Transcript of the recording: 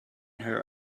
her